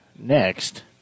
Next